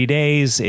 days